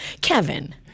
Kevin